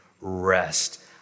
rest